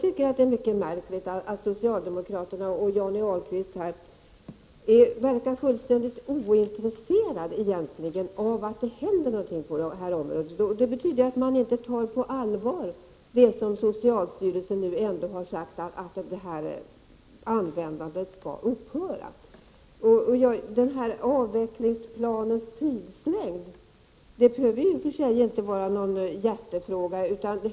Det är märkligt att socialdemokraterna och Johnny Ahlqvist verkar vara fullständigt ointresserade av att det händer någonting på detta område. Det betyder att man inte tar på allvar det socialstyrelsen har sagt om att användandet av amalgam skall upphöra. Avvecklingsplanens tidslängd behöver inte vara någon hjärtefråga.